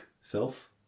self